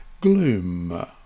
gloom